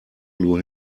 lure